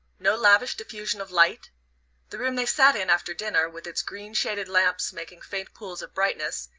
no lavish diffusion of light the room they sat in after dinner, with its green-shaded lamps making faint pools of brightness,